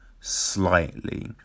slightly